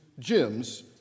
gyms